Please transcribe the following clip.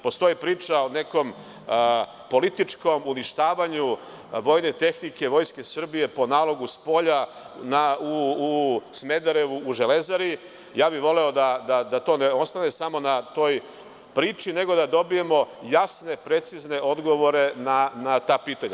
Postoji priča o nekom političkom uništavanju vojne tehnike Vojske Srbije po nalogu spolja u Smederevu, u „Železari“ i ja bih voleo da ne ostane samo na toj priči, nego da dobijemo jasne i precizne odgovore na ta pitanja.